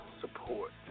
support